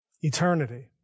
eternity